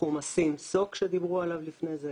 בתחום ה- SIEM-SOCשדיברו עליו לפני כן,